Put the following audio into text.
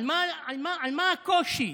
מה הקושי?